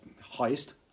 highest